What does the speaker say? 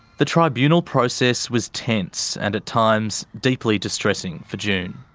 the tribunal process was tense and at times deeply distressing for june.